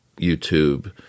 YouTube